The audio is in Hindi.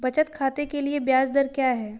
बचत खाते के लिए ब्याज दर क्या है?